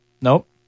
Nope